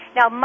Now